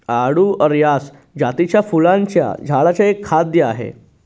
आळु अरसाय जातीच्या फुलांच्या झाडांचे एक खाद्य आहे